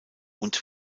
und